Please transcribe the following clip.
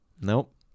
Nope